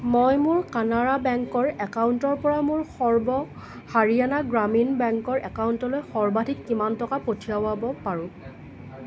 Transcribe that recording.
মই মোৰ কানাড়া বেংকৰ একাউণ্টৰ পৰা মোৰ সৰ্ব হাৰিয়ানা গ্ৰামীণ বেংকৰ একাউণ্টলৈ সৰ্বাধিক কিমান টকা পঠিয়াব পাৰোঁ